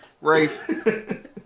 Rafe